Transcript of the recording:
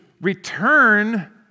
return